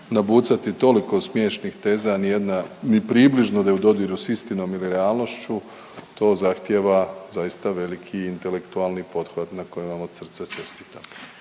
Nabucati toliko smiješnih teza, a ni jedna ni približno da je u dodiru sa istinom ili realnošću to zahtijeva zaista veliki intelektualni pothvat na kojem vam od srca čestitam.